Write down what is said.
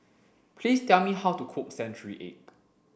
please tell me how to cook century egg